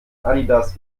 adidas